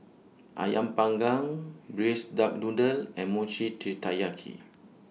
Ayam Panggang Braised Duck Noodle and Mochi Taiyaki